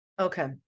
Okay